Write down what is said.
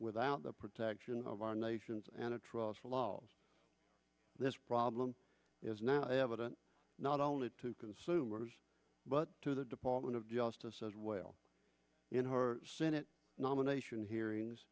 without the protection of our nation's and a trough for laws this problem is now evident not only to consumers but to the department of justice as well in her senate nomination hearings